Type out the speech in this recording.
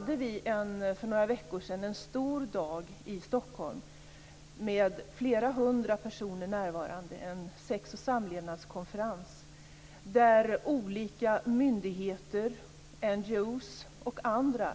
För några veckor sedan hade vi en stor dag i Stockholm med flera hundra personer närvarande. Det var en sex och samlevnadskonferens där olika myndigheter, NGO:er och andra